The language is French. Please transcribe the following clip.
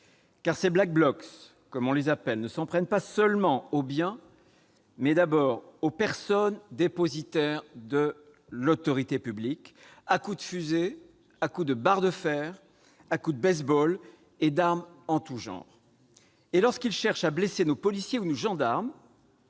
! Ces Black Blocs, comme on les appelle, ne s'en prennent pas seulement aux biens, mais d'abord aux personnes dépositaires de l'autorité publique, à coup de fusées, de barres de fer, de battes de base-ball et d'armes en tout genre. Lorsqu'ils cherchent à blesser, voire pire, nos policiers ou nos gendarmes,